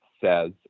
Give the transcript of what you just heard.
says